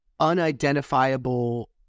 unidentifiable